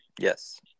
Yes